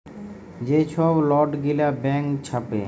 যে ছব লট গিলা ব্যাংক ছাপে